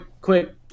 quick